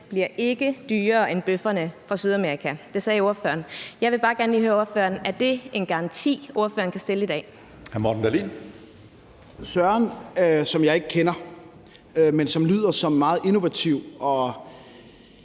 bliver dyrere end bøfferne fra Sydamerika. Det sagde ordføreren. Jeg vil bare gerne lige høre ordføreren: Er det en garanti, ordføreren kan stille i dag? Kl. 10:48 Tredje næstformand (Karsten